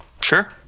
Sure